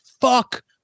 fuck